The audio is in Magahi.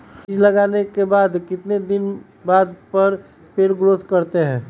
बीज लगाने के बाद कितने दिन बाद पर पेड़ ग्रोथ करते हैं?